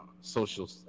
social